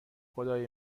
خدای